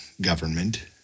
government